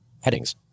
Headings